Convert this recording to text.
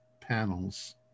panels